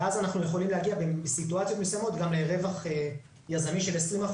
ואז אנחנו יכולים להגיע בסיטואציות מסוימות גם לרווח יזמי של 20%,